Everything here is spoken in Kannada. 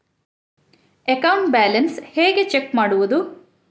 ಅಕೌಂಟ್ ಬ್ಯಾಲೆನ್ಸ್ ಹೇಗೆ ಚೆಕ್ ಮಾಡುವುದು?